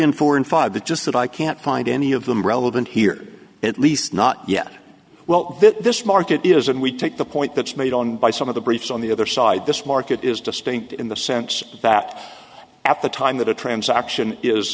and four and five that just that i can't find any of them relevant here at least not yet well this market is and we take the point that's made on by some of the briefs on the other side this market is distinct in the sense that at the time that a transaction is